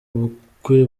ubukwe